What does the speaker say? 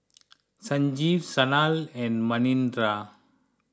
Sanjeev Sanal and Manindra